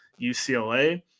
UCLA